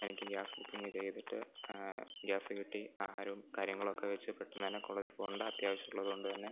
എനിക്ക് gas booking ചെയ്തിട്ട് gas കിട്ടി ആഹാരവും കാര്യങ്ങളുമൊക്കെ വച്ച് പെട്ടെന്ന് തന്നെ കോളേജിൽ പോവേണ്ട അത്യാവശ്യം ഉള്ളത് കൊണ്ട് തന്നെ